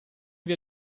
wir